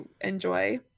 enjoy